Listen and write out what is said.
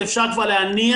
ואפשר כבר להניח,